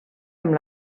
amb